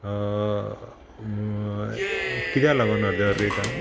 किद्या लागोन अर्दे वर लेट हां